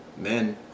men